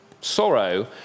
Sorrow